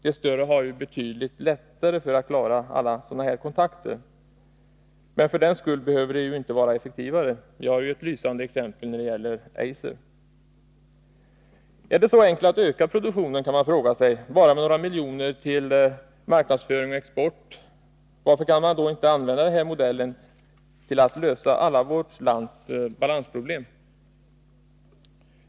De större har ju betydligt lättare att klara alla sådana här kontakter. För den skull behöver de dock inte vara effektivare. Vi har ett lysande exempel på det i Eiser. Är det så enkelt att öka produktionen som att bara ge några miljoner till marknadsföring och export? Varför används då inte den modellen till att lösa vårt lands alla balansproblem?